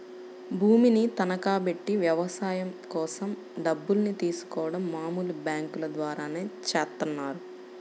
భూమిని తనఖాబెట్టి వ్యవసాయం కోసం డబ్బుల్ని తీసుకోడం మామూలు బ్యేంకుల ద్వారానే చేత్తన్నారు